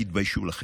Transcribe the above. תתביישו לכם.